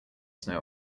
snow